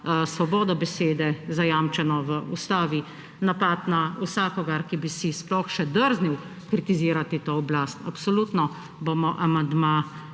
svobodo besede, zajamčeno v ustavi, napad na vsakogar, ki bi si sploh še drznil kritizirati to oblast. Absolutno bomo amandma